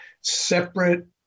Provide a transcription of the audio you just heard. separate